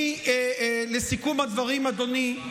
לסיכום הדברים, אדוני,